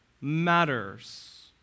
matters